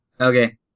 Okay